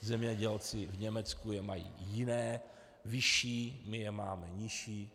Zemědělci v Německu je mají jiné, vyšší, my je máme nižší.